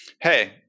hey